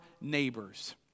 neighbors